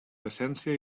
decència